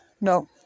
no